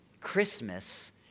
Christmas